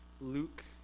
luke